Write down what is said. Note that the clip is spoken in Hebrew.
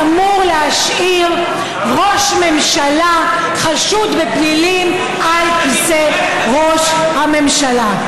כל מה שאמור להשאיר ראש ממשלה חשוד בפלילים על כיסא ראש הממשלה.